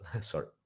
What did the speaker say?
sorry